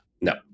No